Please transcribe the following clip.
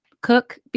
cook